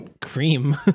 cream